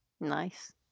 nice